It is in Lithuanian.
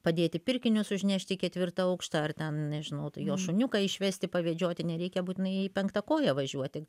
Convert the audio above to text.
padėti pirkinius užnešt į ketvirtą aukštą ar ten nežinau tai jo šuniuką išvesti pavedžioti nereikia būtinai į penktą koją važiuoti